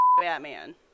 Batman